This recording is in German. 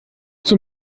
zum